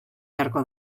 beharko